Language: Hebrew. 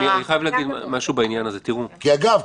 אגב,